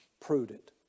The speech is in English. prudent